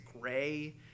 gray